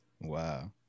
Wow